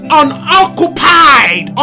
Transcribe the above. unoccupied